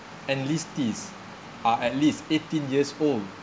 enlistees are at least eighteen years old